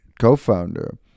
co-founder